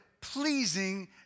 pleasing